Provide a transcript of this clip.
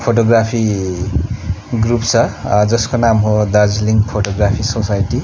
photography group छ जसको नाम हो दार्जिलिङ फोटोग्राफी सोसाइटी